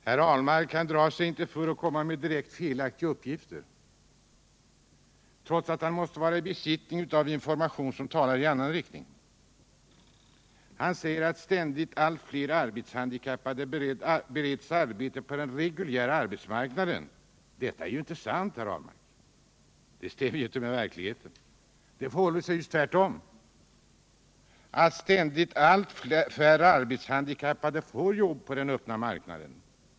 Herr Ahlmark drar sig inte för att komma med direkt felaktiga uppgifter, trots att han måste vara i besittning av information som talar i annan riktning. Han säger att ständigt allt fler arbetshandikappade bereds arbete på den reguljära arbetsmarknaden. Detta är ju inte sant, herr Ahlmark. Det förhåller sig tvärtom så att ständigt allt färre arbetshandikappade får jobb på den öppna marknaden.